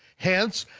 hence,